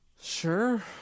Sure